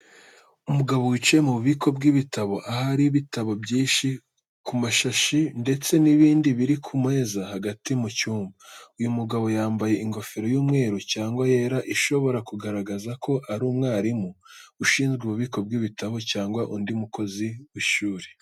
Umugabo wicaye mu ububiko bw’ibitabo ahari ibitabo byinshi ku mashashi ndetse n’ibindi biri ku meza hagati mu cyumba. Uyu mugabo yambaye ingofero y’umweru cyangwa yera ishobora kugaragaza ko ari umwarimu ushinzwe ububiko bw’ibitabo cyangwa undi mukozi w’ishuri.